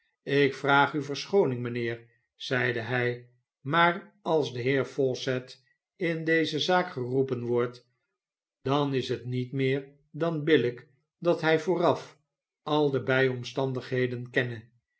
ik vraag u verschooning mijnheer zeide hij maar als de heer fawcett in deze zaak geroepen wordt dan is het niet meer dan billijk dat hij vooraf al de bijomstandigheden kenne